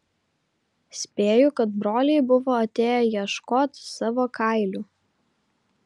spėju kad broliai buvo atėję ieškot savo kailių